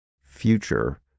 future